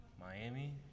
Miami